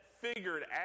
figured